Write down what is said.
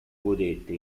godette